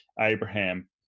Abraham